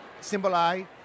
symbolize